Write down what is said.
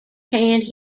canned